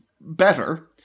better